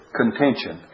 contention